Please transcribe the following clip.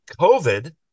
COVID